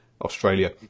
Australia